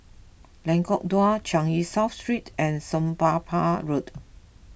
Lengkong Dua Changi South Street and Somapah Road